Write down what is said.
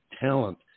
talent